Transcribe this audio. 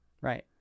Right